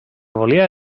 volia